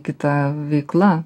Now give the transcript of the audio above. kita veikla